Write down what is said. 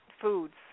foods